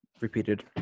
repeated